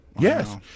Yes